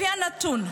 לפי הנתון,